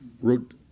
wrote